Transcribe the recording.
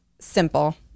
simple